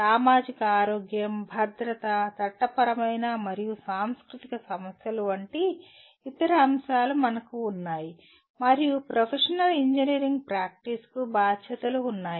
సామాజిక ఆరోగ్యం భద్రత చట్టపరమైన మరియు సాంస్కృతిక సమస్యలు వంటి ఇతర అంశాలు మనకు ఉన్నాయి మరియు ప్రొఫెషనల్ ఇంజనీరింగ్ ప్రాక్టీస్కు బాధ్యతలు ఉన్నాయి